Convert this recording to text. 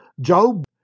Job